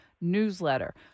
newsletter